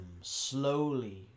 slowly